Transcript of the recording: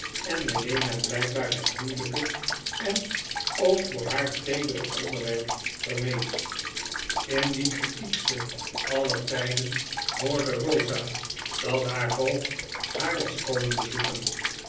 helena blykbaar het moeielyke en ook voor haar teedere onderwerp vermeed in dien kritieksten aller tyden hoorde eosa dat haar voogd haar was komen bezoeken